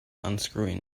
unscrewing